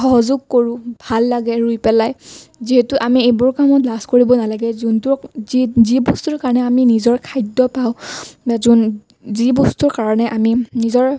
সহযোগ কৰোঁ ভাল লাগে ৰুই পেলাই যিহেতু আমি এইবোৰ কামত লাজ কৰিব নালাগে যিটো যি বস্তুৰ কাৰণে আমি নিজৰ খাদ্য পাওঁ যি বস্তুৰ কাৰণে আমি নিজৰ